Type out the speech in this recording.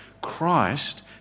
Christ